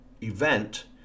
event